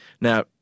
Now